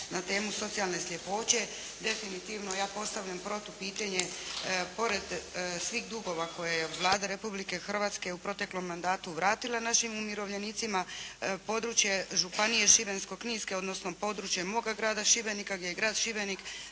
na temu socijalne sljepoće. Definitivno, ja postavljam protu pitanje, pored svih dugova koje je Vlada Republike Hrvatske u proteklom mandatu vratila našim umirovljenicima, područje županije, Šibensko-kninske, odnosno područje moga grada Šibenika, gdje je grad Šibenik